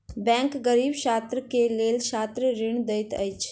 bank गरीब छात्र के लेल छात्र ऋण दैत अछि